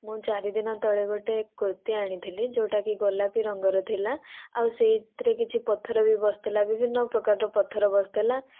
ମୁଁ ଚାରିଦିନ ତଳେ ଗୋଟିଏ କୁର୍ତ୍ତି ଆଣିଥିଲି ଯେଉଁଟା କି ଗୋଲାପି ରଙ୍ଗର ଥିଲା ଆଉ ସେହିଥିରେ ବି କିଛି ପଥର ବି ବସିଥିଲା ବିଭିନ୍ନ ପ୍ରକାରର ପଥର ବସିଥିଲା